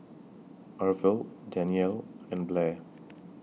Arvil Danelle and Blair